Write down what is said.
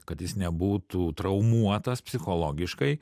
kad jis nebūtų traumuotas psichologiškai